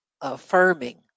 affirming